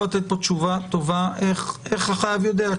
לתת כאן תשובה טובה איך החייב יודע.